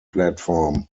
platform